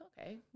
okay